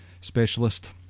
specialist